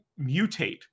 mutate